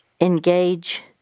engage